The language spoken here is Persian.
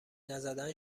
نزدن